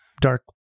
dark